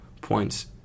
points